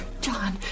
John